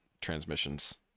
transmissions